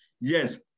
Yes